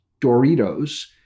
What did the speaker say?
Doritos